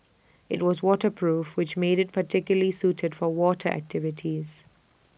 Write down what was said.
IT was waterproof which made IT particularly suited for water activities